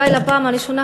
אולי בפעם הראשונה,